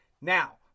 Now